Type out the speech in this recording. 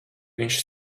viņš